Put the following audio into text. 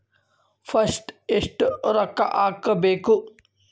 First ಎಷ್ಟು ರೊಕ್ಕ ಹಾಕಬೇಕು?